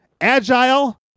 Agile